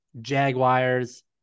Jaguars